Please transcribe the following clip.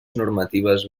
normatives